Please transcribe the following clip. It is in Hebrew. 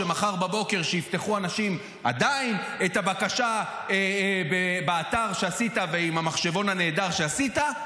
מחר בבוקר כשאנשים יפתחו את הבקשה שעשית באתר עם המחשבון הנהדר שעשית,